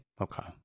okay